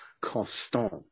Constant